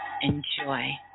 enjoy